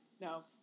No